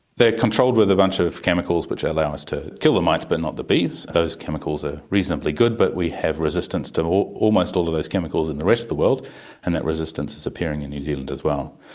they are controlled with a bunch of chemicals which allow us to kill the mites but not the bees. those chemicals are reasonably good but we have resistance to almost all of those chemicals in the rest of the world and that resistance is appearing in new zealand as well.